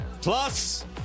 Plus